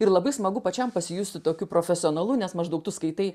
ir labai smagu pačiam pasijusti tokiu profesionalu nes maždaug tu skaitai